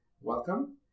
Welcome